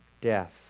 death